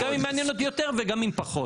גם אם מעניין אותי יותר וגם אם פחות.